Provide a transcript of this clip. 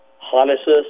harnesses